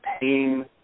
pain